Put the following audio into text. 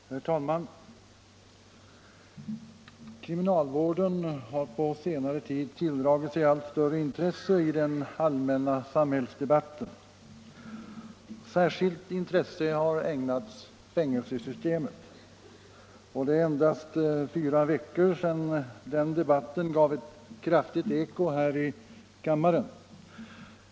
Herr talman! Kriminalvården har på senare tid tilldragit sig allt större intresse i den allmänna samhällsdebatten. Särskilt intresse har ägnats fängelsesystemet, och det är endast fyra veckor sedan denna debatt gav ett kraftigt eko här i kammaren.